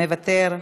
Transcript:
מוותר,